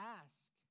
ask